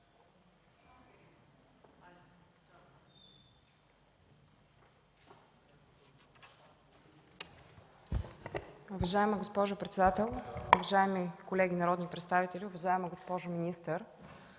Уважаеми господин председател, уважаеми колеги народни представители, уважаеми господин